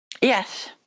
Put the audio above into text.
Yes